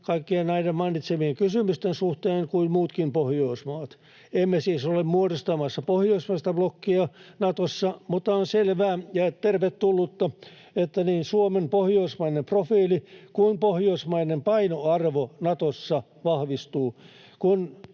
kaikkien näiden mainitsemieni kysymysten suhteen kuin muutkin Pohjoismaat. Emme siis ole muodostamassa pohjoismaista blokkia Natossa, mutta on selvää ja tervetullutta, että niin Suomen pohjoismainen profiili kuin pohjoismainen painoarvo Natossa vahvistuu,